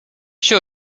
sure